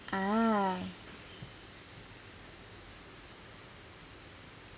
ah